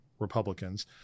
Republicans